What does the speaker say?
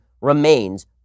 remains